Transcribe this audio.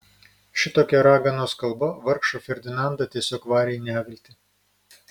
šitokia raganos kalba vargšą ferdinandą tiesiog varė į neviltį